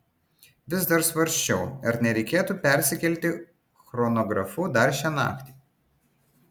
vis dar svarsčiau ar nereikėtų persikelti chronografu dar šią naktį